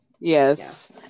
Yes